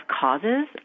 causes